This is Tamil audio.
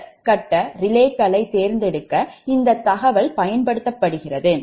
செட் கட்ட ரிலேக்களைத் தேர்ந்தெடுக்க இந்த தகவல் பயன்படுத்தப்படுகிறது